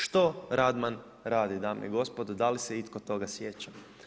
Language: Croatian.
Što Radman radi dame i gospodo, da li se itko toga sjeća?